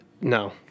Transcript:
No